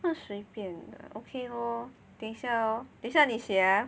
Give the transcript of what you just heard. mm 随便 ok lor 等一下 lor 等一下你写 ah